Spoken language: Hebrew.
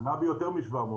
זה עלה ביותר מ-700%.